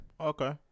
Okay